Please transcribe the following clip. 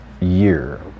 year